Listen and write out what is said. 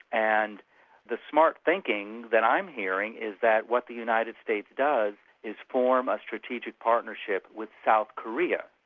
and the smart thinking that i'm hearing, is that what the united states does is form a strategic partnership with south korea.